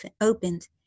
opened